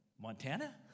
Montana